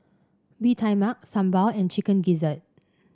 Bee Tai Mak sambal and Chicken Gizzard